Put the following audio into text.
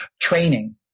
Training